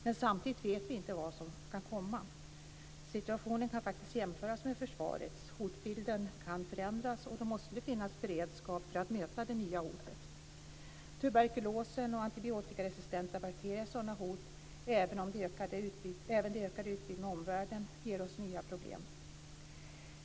Men samtidigt vet vi inte vad som kan komma. Situationen kan faktiskt jämföras med försvarets. Hotbilden kan förändras, och då måste det finnas beredskap för att möta det nya hotet. Tuberkulosen och antibiotikaresistenta bakterier är sådana hot. Även det utökade utbytet med omvärlden ger oss nya problem.